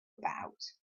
about